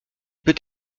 peut